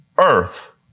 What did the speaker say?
earth